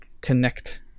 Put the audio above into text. connect